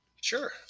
sure